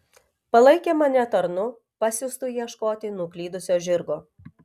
palaikė mane tarnu pasiųstu ieškoti nuklydusio žirgo